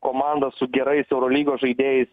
komanda su gerais eurolygos žaidėjais